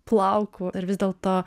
plauku ar vis dėlto